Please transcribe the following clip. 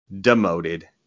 Demoted